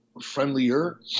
friendlier